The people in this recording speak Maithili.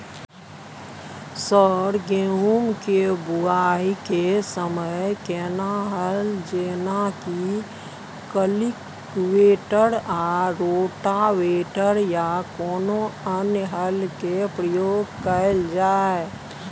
सर गेहूं के बुआई के समय केना हल जेनाकी कल्टिवेटर आ रोटावेटर या कोनो अन्य हल के प्रयोग कैल जाए?